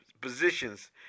positions